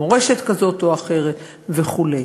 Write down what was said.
מורשת כזאת או אחרת וכו'.